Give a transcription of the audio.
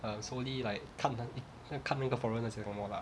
uh solely like 看看看一个 foreigner 讲什么 lah